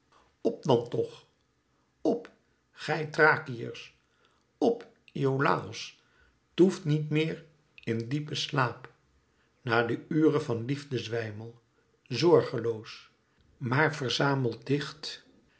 op dan toch op gij thrakiërs p iolàos toeft niet meer in diepen slaap na de ure van liefdezwijmel zorgeloos maar verzamelt dicht